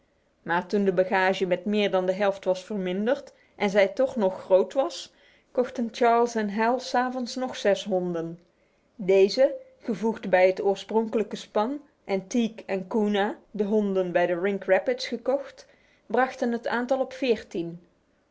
maar toen de bagage met meer dan de helft was verminderd en zij toch nog groot was kochten charles en hal s avonds nog zes honden deze gevoegd bij het oorspronkelijke span en teek en koona de honden bij de rink rapids gekocht brachten het aantal op veertien